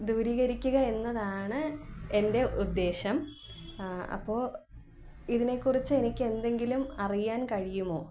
ദൂരീകരിക്കുക എന്നതാണ് എൻ്റെ ഉദ്ദേശം അപ്പോൾ ഇതിനെക്കുറിച്ച് എനിക്ക് എന്തെങ്കിലും അറിയാൻ കഴിയുമോ